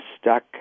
stuck